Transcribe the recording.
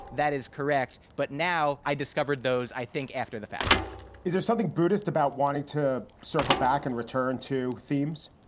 that is correct. but now i discovered those, i think, after the fact is there something buddhist about wanting to circle back and return to themes,